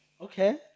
okay